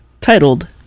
titled